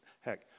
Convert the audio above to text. Heck